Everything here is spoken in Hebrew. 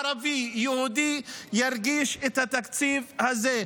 ערבי, יהודי, ירגיש את התקציב הזה.